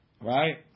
right